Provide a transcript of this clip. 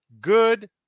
good